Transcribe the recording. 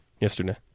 yesterday